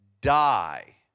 die